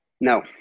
no